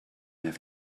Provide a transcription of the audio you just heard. have